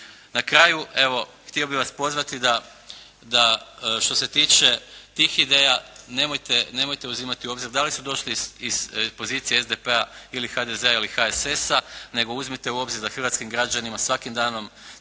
Na kraju, evo htio bih vas pozvati da, što se tiče tih ideja nemojte uzimati u obzir da li su došli iz pozicije SDP-a ili HDZ-a ili HSS-a, nego uzmite u obzir da hrvatskim građanima svakim danom